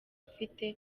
afite